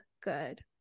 good